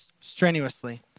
strenuously